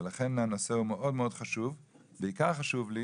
ולכן הנושא הוא מאוד מאוד חשוב, בעיקר חשוב לי